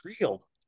real